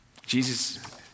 Jesus